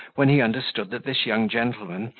when he understood that this young gentleman,